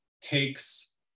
takes